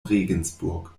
regensburg